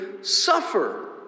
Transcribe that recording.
suffer